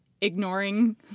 ignoring